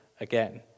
again